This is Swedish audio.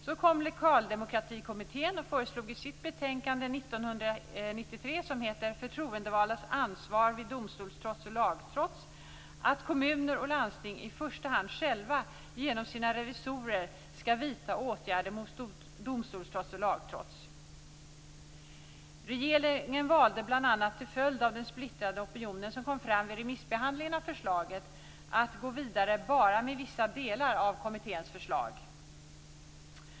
Så kom Lokaldemokratikommittén och föreslog i sitt betänkande 1993, som heter Förtroendevaldas ansvar vid domstolstrots och lagtrots, att kommuner och landsting i första hand själva genom sina revisorer skall vidta åtgärder mot domstolstrots och lagtrots. Regeringen valde, bl.a. till följd av den splittrade opinion som kom fram vid remissbehandlingen av förslaget, att gå vidare med bara vissa delar av kommitténs förslag.